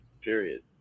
Period